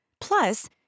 Plus